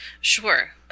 Sure